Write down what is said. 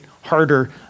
harder